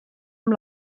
amb